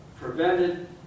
prevented